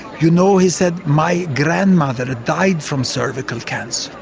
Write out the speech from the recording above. you know, he said, my grandmother died from cervical cancer,